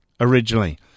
originally